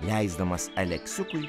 leisdamas aleksiukui